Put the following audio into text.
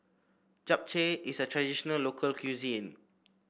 Japchae is a traditional local cuisine